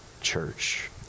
Church